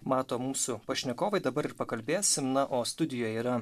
mato mūsų pašnekovai dabar ir pakalbėsim na o studijoje yra